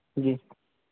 जी